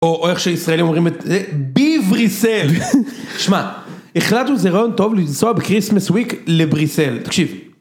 או איך שישראלים אומרים את זה, בבריסל. שמע, החלטנו שזה רעיון טוב לנסוע בקריסמס וויק לבריסל, תקשיב.